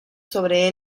sobre